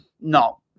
No